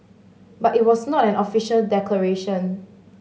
but it was not an official declaration